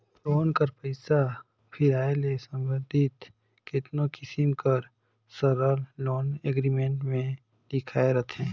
loan कर पइसा कर फिराए ले संबंधित केतनो किसिम कर सरल लोन एग्रीमेंट में लिखाए रहथे